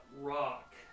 rock